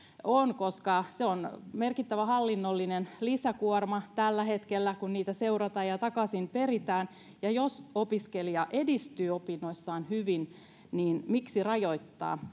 on koska se on merkittävä hallinnollinen lisäkuorma tällä hetkellä kun niitä seurataan ja ja takaisin peritään ja jos opiskelija edistyy opinnoissaan hyvin niin miksi rajoittaa